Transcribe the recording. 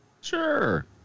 Sure